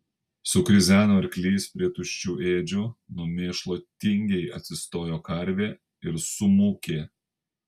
sukrizeno arklys prie tuščių ėdžių nuo mėšlo tingiai atsistojo karvė ir sumūkė